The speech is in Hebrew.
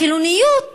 החילוניות